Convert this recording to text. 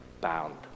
bound